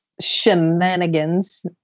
shenanigans